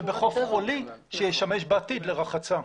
זה בחוף חולי שישמש בעתיד לרחצה.